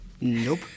Nope